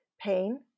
pain